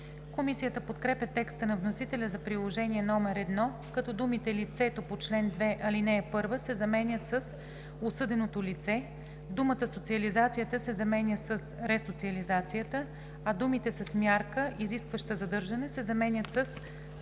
Комисията подкрепя текста на вносителя за Приложение № 1, като думите „Лицето по чл. 2, ал. 1“ се заменят с „Осъденото лице“, думата „социализацията“ се заменя с „ресоциализацията“, а думите „с мярка, изискваща задържане“ се заменят със